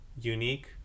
unique